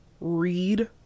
read